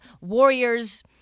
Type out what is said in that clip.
Warriors